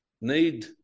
need